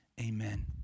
amen